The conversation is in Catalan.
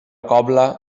cobla